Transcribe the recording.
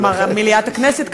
כלומר מליאת הכנסת,